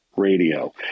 Radio